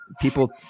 people